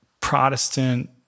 Protestant